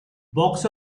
box